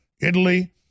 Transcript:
Italy